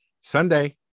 Sunday